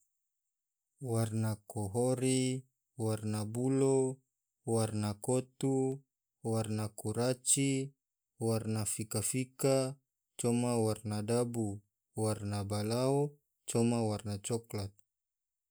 Warna kohori, warna bulo, warna kotu, warna kuraci, warna fika-fika, coma warna dabu, warna balau coma warna soklat.